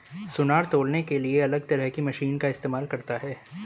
सुनार तौलने के लिए अलग तरह की मशीन का इस्तेमाल करता है